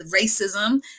Racism